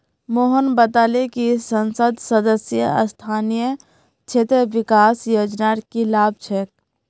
मोहन बताले कि संसद सदस्य स्थानीय क्षेत्र विकास योजनार की लाभ छेक